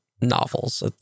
novels